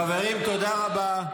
חברים, תודה רבה.